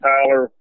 Tyler